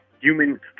human